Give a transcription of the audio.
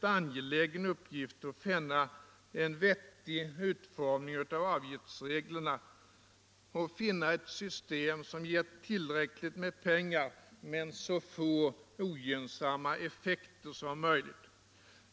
angelägen uppgift att finna en vettig utformning av avgiftsreglerna, att finna ett system som ger tillräckligt med pengar men så få ogynnsamma effekter som möjligt.